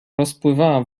rozpływała